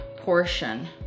portion